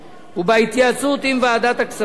ובהתייעצות עם ועדת הכספים